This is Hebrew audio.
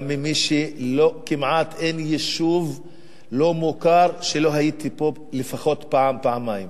גם כמי שכמעט אין יישוב לא-מוכר שלא הייתי בו לפחות פעם-פעמיים,